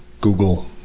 Google